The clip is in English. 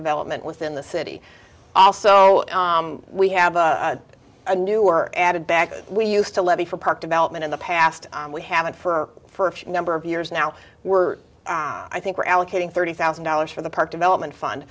development within the city also we have a new were added back we used to levee for park development in the past and we haven't for for number of years now we're i think we're allocating thirty thousand dollars for the park development fund